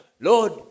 Lord